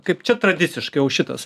kaip čia tradiciškai jau šitas